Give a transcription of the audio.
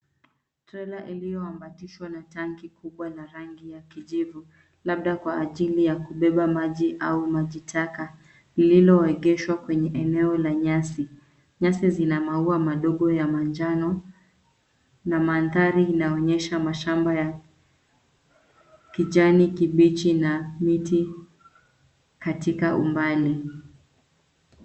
Trela iliyoambatishwa na tanki kubwa ya rangi ya kijivu, labda kwa ajili ya kubeba maji au maji taka lililoegeshwa kwenye eneo la nyasi. Nyasi zina maua madogo ya manjano na mandhari inaonyesha mashamba ya kijani kibichi na miti katika umbali.